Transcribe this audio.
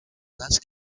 thus